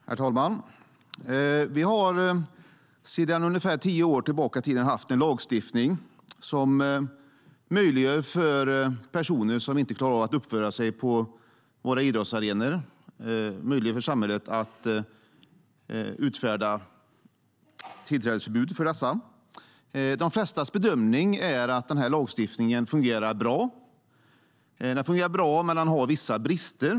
Herr talman! Vi har sedan ungefär tio år tillbaka haft en lagstiftning som möjliggör för samhället att utfärda tillträdesförbud för personer som inte klarar av att uppföra sig på våra idrottsarenor. De flestas bedömning är att denna lagstiftning fungerar bra men att den har vissa brister.